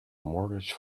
mortgage